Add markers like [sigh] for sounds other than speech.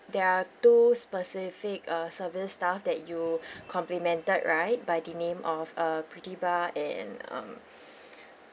there are two specific uh service staff that you [breath] complimented by the name of uh Pritiba and um [breath]